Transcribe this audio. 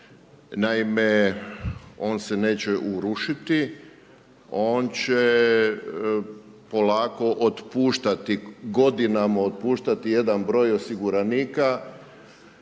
naime, on se neće urušiti, on će polako otpuštati godinama otpuštati jedan broj osiguranika,